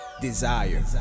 desire